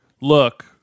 look